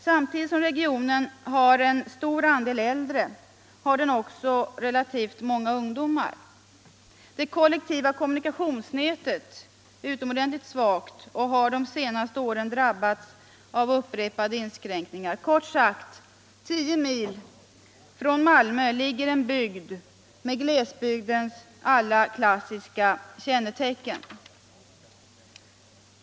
Samtidigt som regionen har en stor andel äldre har den också relativt många ungdomar. Det kollektiva kommunikationsnätet är utomordentligt svagt och har de senaste åren drabbats av upprepade inskränkningar. Kort sagt: Tio mil från Malmö ligger en bygd med glesbygdens alla klassiska kännetecken.